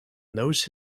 nose